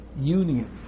Union